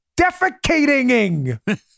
defecating